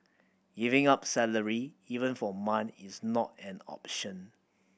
giving up salary even for a month is not an option